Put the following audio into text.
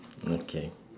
okay